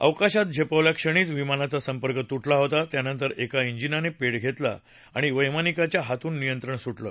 आकाशात झेपावल्याक्षणीच विमानाचा संपर्क तुटला होता त्यानंतर एका ाजिनाने पेट घेतला आणि वैमानिकाच्या हातून नियंत्रण सुटलं